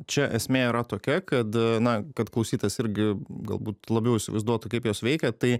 čia esmė yra tokia kad na kad klausytojas irgi galbūt labiau įsivaizduotų kaip jos veikia tai